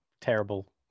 terrible